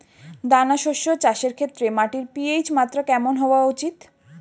দানা শস্য চাষের ক্ষেত্রে মাটির পি.এইচ মাত্রা কেমন হওয়া উচিৎ?